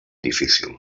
difícil